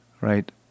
Right